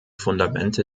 fundamente